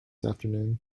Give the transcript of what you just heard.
afternoon